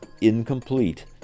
incomplete